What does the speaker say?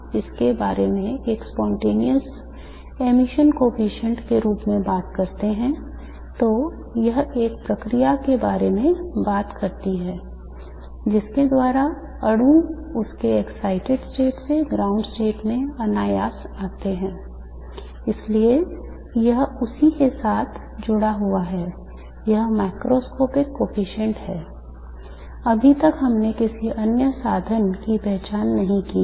इस प्रक्रिया की प्रासंगिकता है